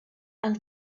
and